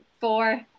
four